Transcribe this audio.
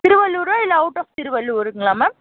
திருவள்ளூரா இல்லை out of திருவள்ளூருங்களா ma'am